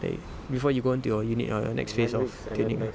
like before you go into your unit or your next phase of training ah